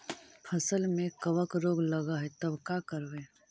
फसल में कबक रोग लगल है तब का करबै